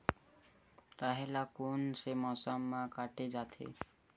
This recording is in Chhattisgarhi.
राहेर ल कोन से मौसम म काटे जाथे?